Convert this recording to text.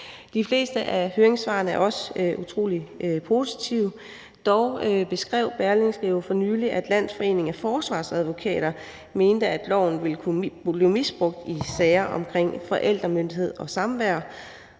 De fleste af høringssvarene er også utrolig positive. Dog beskrev Berlingske jo for nylig, at Landsforeningen af Forsvarsadvokater mente, at loven ville kunne blive misbrugt i sager omkring forældremyndighed og samvær,